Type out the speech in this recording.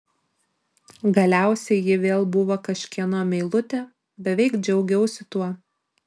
galiausiai ji vėl buvo kažkieno meilutė beveik džiaugiausi tuo